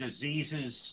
diseases